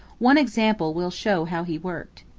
one example will show how he worked.